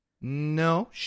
No